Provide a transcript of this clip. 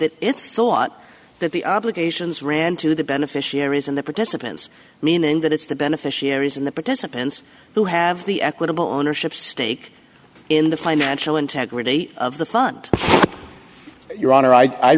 that it thought that the obligations ran to the beneficiaries and the participants meaning that it's the beneficiaries and the participants who have the equitable ownership stake in the financial integrity of the fund your honor i